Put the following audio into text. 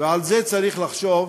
ועל זה צריך לחשוב,